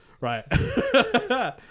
right